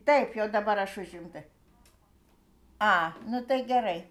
taip jog dabar aš užimta a nu tai gerai